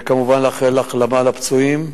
וכמובן לאחל החלמה לפצועים,